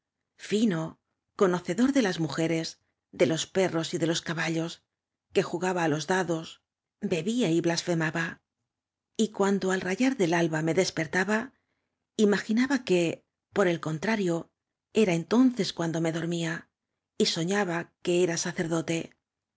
ñno conocedor de las mujeres de los pe rros y de los caballos que jugaba á los dados bebía y blasfemaba y cuando al rayar de alba me despertaba imaginaba que por el con trario era entonces cuando me dormía y soña ba que era sacerdote